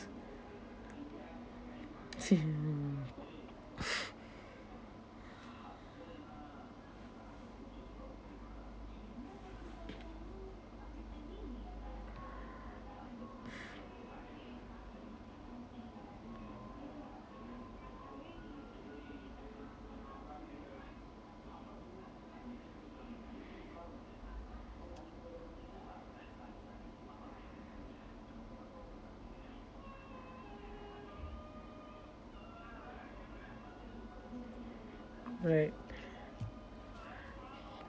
mm right